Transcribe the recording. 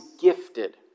gifted